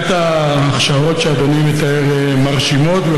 ההכשרות שאדוני מתאר בהחלט מרשימות.